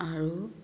আৰু